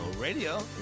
Radio